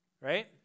Right